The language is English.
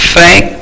Thank